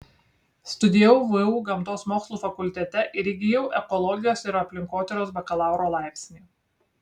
studijavau vu gamtos mokslų fakultete ir įgijau ekologijos ir aplinkotyros bakalauro laipsnį